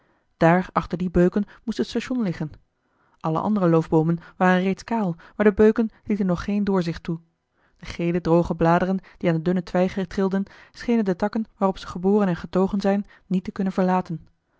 daar achter die beuken moest het station liggen alle andere loofboomen waren reeds kaal maar de beuken lieten nog geen doorzicht toe de gele droge bladeren die aan de dunne twijgen trilden schenen de takken waarop ze geboren en getogen zijn niet te kunnen verlaten